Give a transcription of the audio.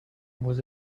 was